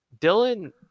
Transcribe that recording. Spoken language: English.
Dylan